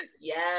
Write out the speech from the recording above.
yes